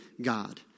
God